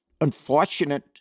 unfortunate